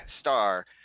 star